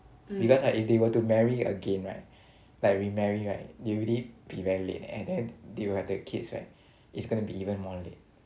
because like if they were to marry again right like remarry right they already be very late and then they will have their kids right it's gonna be even more late